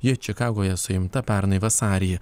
ji čikagoje suimta pernai vasarį